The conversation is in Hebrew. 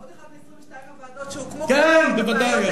עוד אחת מ-22 הוועדות שהוקמו, כן, בוודאי.